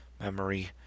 memory